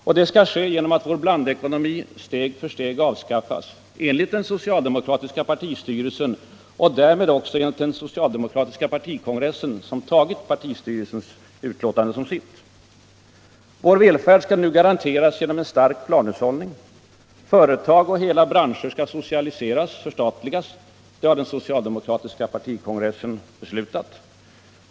Och det skall ske genom att vår blandekonomi steg för steg avskaffas, enligt den socialdemokratiska partistyrelsen och därmed också enligt den socialdemokratiska partikongressen, som antagit partistyrelsens utlåtande som sitt. Vår välfärd skall nu garanteras genom stark planhushållning. Företag och hela branscher skall socialiseras, förstatligas — det har den socialdemokratiska partikongressen beslutat.